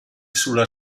sulla